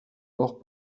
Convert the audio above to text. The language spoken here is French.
mort